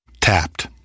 Tapped